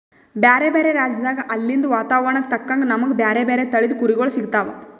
ಬ್ಯಾರೆ ಬ್ಯಾರೆ ರಾಜ್ಯದಾಗ್ ಅಲ್ಲಿಂದ್ ವಾತಾವರಣಕ್ಕ್ ತಕ್ಕಂಗ್ ನಮ್ಗ್ ಬ್ಯಾರೆ ಬ್ಯಾರೆ ತಳಿದ್ ಕುರಿಗೊಳ್ ಸಿಗ್ತಾವ್